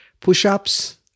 push-ups